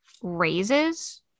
raises